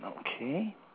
Okay